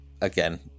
again